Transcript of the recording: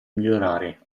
migliorare